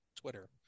Twitter